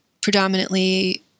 predominantly